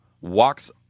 walks